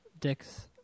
dicks